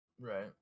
Right